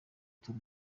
tw’u